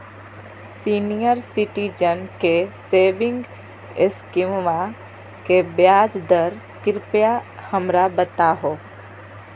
senior citizen के saving स्कीमवा के ब्याज दर कृपया हमरा बताहो